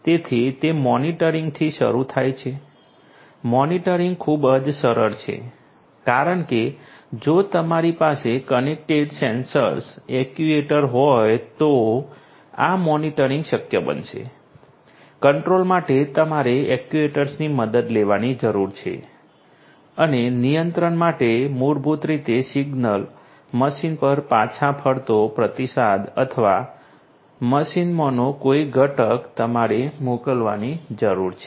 તેથી તે મોનિટરિંગથી શરૂ થાય છે મોનિટરિંગ ખૂબ જ સરળ છે કારણ કે જો તમારી પાસે કનેક્ટેડ સેન્સર્સ એક્ટ્યુએટર હોય તો આ મોનિટરિંગ શક્ય બનશે કંટ્રોલ માટે તમારે એક્ટ્યુએટર્સની મદદ લેવાની જરૂર છે અને નિયંત્રણ માટે મૂળભૂત રીતે સિગ્નલ મશીન પર પાછા ફરતો પ્રતિસાદ અથવા મશીનમાંનો કોઈ ઘટક તમારે મોકલવાની જરૂર છે